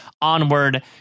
onward